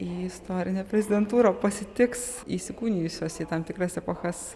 į istorinę prezidentūrą pasitiks įsikūnijusios į tam tikras epochas